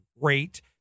great